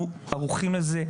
אנחנו ערוכים לזה,